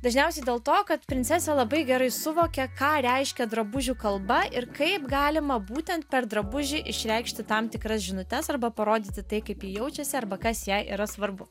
dažniausiai dėl to kad princesė labai gerai suvokė ką reiškia drabužių kalba ir kaip galima būtent per drabužį išreikšti tam tikras žinutes arba parodyti tai kaip ji jaučiasi arba kas jai yra svarbu